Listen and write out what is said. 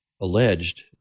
alleged